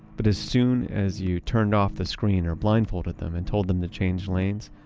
but as soon as you turned off the screen or blindfolded them and told them to change lanes,